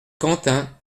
quentin